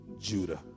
Judah